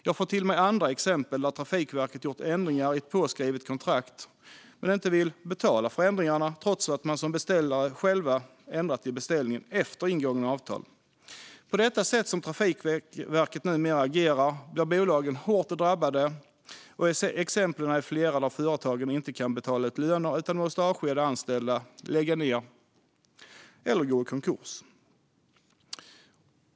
Jag har tagit del av andra exempel där Trafikverket har gjort ändringar i ett påskrivet kontrakt och inte vill betala för ändringarna trots att man som beställare själv ändrat i beställningen efter ingångna avtal. På det sätt som Trafikverket numera agerar blir bolagen hårt drabbade. Det finns många exempel där företag inte kan betala ut löner utan måste avskeda anställda, lägga ned eller gå i konkurs.